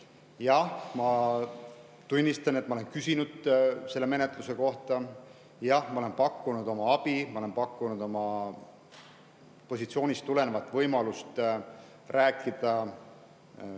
Jah, ma tunnistan, et ma olen küsinud selle menetluse kohta. Jah, ma olen pakkunud oma abi. Ma olen pakkunud oma positsioonist tulenevat võimalust rääkida Ukraina